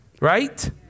right